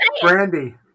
brandy